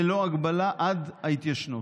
ללא הגבלה, עד ההתיישנות,